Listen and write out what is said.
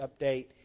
update